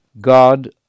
God